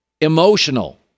emotional